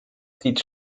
sieht